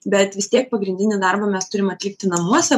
bet vis tiek pagrindinį darbą mes turim atlikti namuose